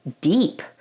deep